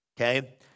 okay